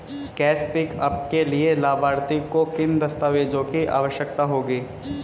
Cash pickup के लिए लाभार्थी को किन दस्तावेजों की आवश्यकता होगी?